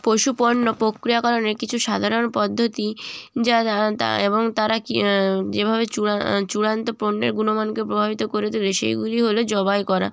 পশুপণ্য প্রক্রিয়াকরণের কিছু সাধারণ পদ্ধতি যারা তা এবং তারা কি যেভাবে চূড়ান্ত পণ্যের গুণমানকে প্রভাবিত করে দেবে সেইগুলি হলো জবাই করা